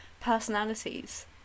personalities